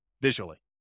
visually